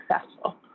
successful